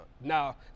Now